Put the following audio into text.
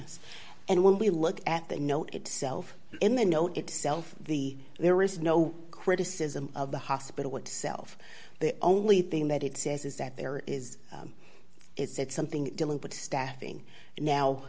yes and when we look at that no itself in the know itself the there is no criticism of the hospital itself the only thing that it says is that there is it's something dealing with staffing now